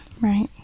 Right